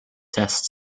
test